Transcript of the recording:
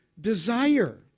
desire